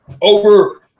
over –